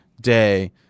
day